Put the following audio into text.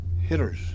hitters